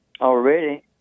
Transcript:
Already